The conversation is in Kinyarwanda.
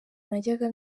najyaga